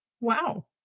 wow